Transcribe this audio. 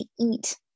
eat